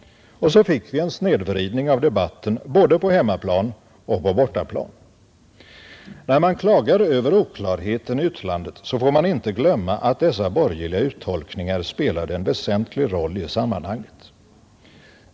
Så fick vi en snedvridning av debatten både på hemmaplan och på bortaplan. När man klagar över oklarheten i utlandet, får man inte glömma att dessa borgerliga uttolkningar spelade en väsentlig roll i sammanhanget.